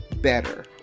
better